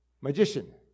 magician